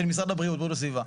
של משרד הבריאות או הסביבה.